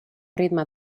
ritme